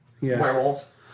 werewolves